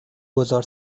گذار